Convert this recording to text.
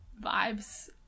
vibes